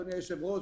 אדוני היושב-ראש,